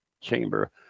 chamber